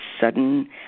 sudden